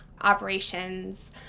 operations